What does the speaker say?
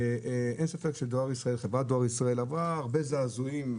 אין ספק שחברת דואר ישראל עברה הרבה זעזועים.